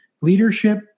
leadership